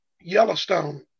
yellowstone